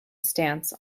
stance